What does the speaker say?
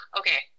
okay